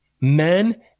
men